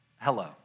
Hello